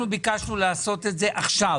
אנחנו ביקשנו לעשות את זה עכשיו.